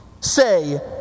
say